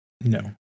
No